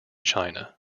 china